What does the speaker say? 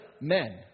men